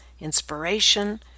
inspiration